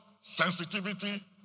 sensitivity